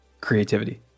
creativity